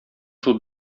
шул